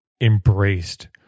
embraced